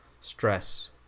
stress